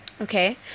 Okay